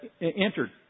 entered